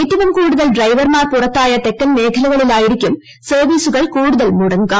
ഏറ്റവും കൂടുതൽ ഡ്രൈവർമാർ പുറത്തായ തെക്കൻമേഖലകളിലായിരിക്കും സർവ്വീസുകൾ കൂടുതൽ മുടങ്ങുക